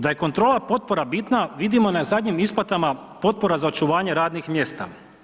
Da je kontrola potpora bitna vidimo na zadnjim isplatama potpora za očuvanje radnih mjesta.